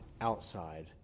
outside